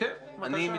כן, בבקשה.